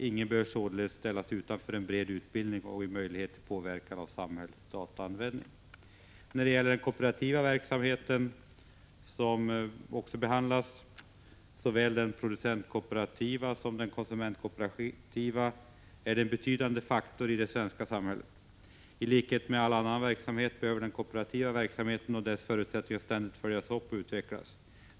Ingen bör således ställas utanför en bred utbildning som ger möjlighet till påverkan av samhällets dataanvändning. Den kooperativa verksamheten, som också behandlas i sammanhanget — såväl den producentkooperativa som den konsumentkooperativa —, är en betydande faktor i det svenska samhället. I likhet med all annan verksamhet behöver den kooperativa verksamheten och dess förutsättningar ständigt följas upp och utvecklas.